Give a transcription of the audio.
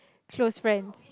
close friends